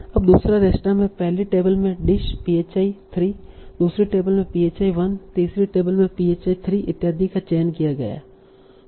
अब दूसरा रेस्तरां में पहली टेबल में डिश phi 3 दूसरी टेबल में phi 1 तीसरी टेबल में phi 3 इत्यादि का चयन किया है